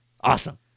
Awesome